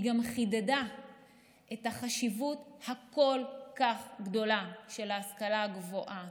היא גם חידדה את החשיבות הכל-כך גדולה של ההשכלה הגבוהה,